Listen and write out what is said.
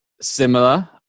similar